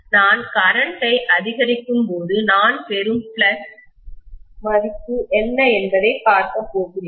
நான் கரண்ட்டைமின்னோட்டத்தை அதிகரிக்கும்போது நான் பெறும் ஃப்ளக்ஸ் மதிப்பு என்ன என்பதைப் பார்க்கப் போகிறேன்